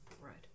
Right